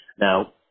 Now